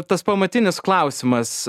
tas pamatinis klausimas